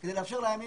כדי לאפשר להם ולומר,